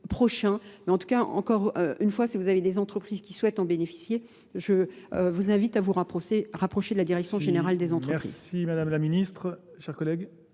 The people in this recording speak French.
En tout cas, encore une fois, si vous avez des entreprises qui souhaitent en bénéficier, je vous invite à vous rapprocher de la direction générale des entreprises. Merci Madame la Ministre.